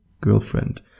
girlfriend